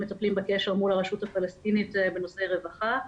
מטפלים בקשר מול הרשות הפלסטינית בנושאי רווחה.